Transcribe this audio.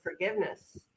forgiveness